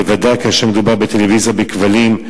בוודאי כאשר מדובר בטלוויזיה בכבלים,